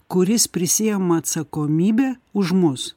kuris prisiima atsakomybę už mus